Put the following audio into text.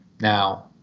Now